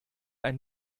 ein